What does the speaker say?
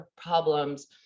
problems